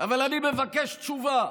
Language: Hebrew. אבל אני מבקש תשובה: